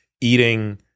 eating